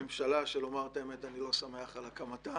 לממשלה ולומר את האמת, אני לא שמח על הקמתה,